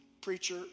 preacher